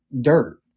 dirt